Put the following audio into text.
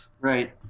Right